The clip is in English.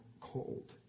cold